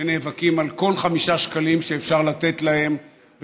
שנאבקים על כל 5 שקלים שאפשר לתת להם,